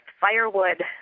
firewood